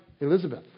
Elizabeth